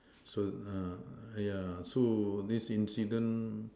so uh yeah so this incident